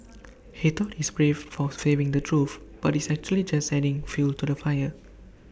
he thought he's brave for saying the truth but he's actually just adding fuel to the fire